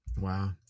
Wow